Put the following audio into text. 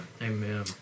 Amen